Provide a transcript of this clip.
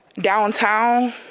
downtown